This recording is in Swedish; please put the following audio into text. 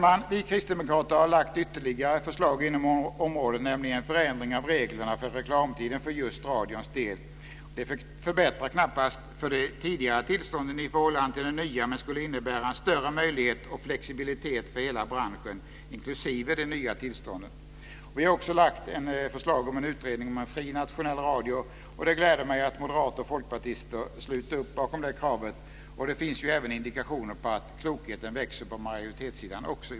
Vi kristdemokrater har lagt ytterligare förslag inom området, nämligen om en förändring av reglerna för reklamtiderna för just radions del. Detta förbättrar knappast för de tidigare tillstånden i förhållande till de nya men skulle innebära större möjligheter och flexibilitet för hela branschen - inklusive de nya tillstånden. Vi har också lagt förslag om en utredning om en fri nationell radio, och det gläder mig att moderater och folkpartister sluter upp bakom det kravet. Det finns ju indikationer på att klokheten i den frågan växer också på majoritetssidan.